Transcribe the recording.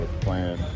playing